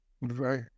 Right